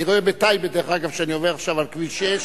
אני רואה בטייבה, כשאני עובר על כביש 6,